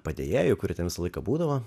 padėjėjų kurie ten laiką būdavo